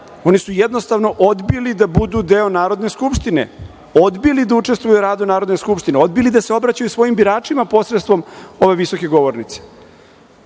oni su jednostavno odbili da budu deo Narodne skupštine, odbili da učestvuju u radu Narodne skupštine, odbili da se obraćaju svojim biračima posredstvom ove visoke govornice. Nema